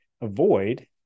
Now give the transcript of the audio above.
avoid